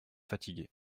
fatiguée